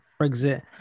Brexit